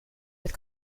with